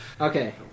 Okay